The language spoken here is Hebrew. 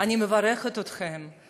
אני מברכת אתכם.